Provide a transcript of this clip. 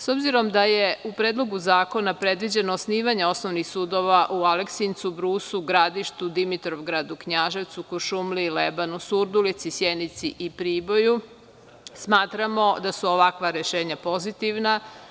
S obzirom da je u Predlogu zakona predviđeno osnivanje osnovnih sudova u Aleksincu, Brusu, Gradištu, Dimitrovgradu, Knjaževcu, Kuršumliji, Lebanu, Surdulici, Sjenici i Priboju, smatramo da su ovakva rešenja pozitivna.